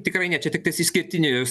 tikrai ne čia tiktais išskirtinis